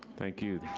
thank you.